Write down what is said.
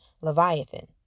Leviathan